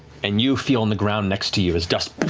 and you feel on the ground next to you, as dust